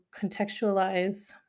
contextualize